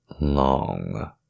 long